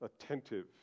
attentive